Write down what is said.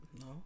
No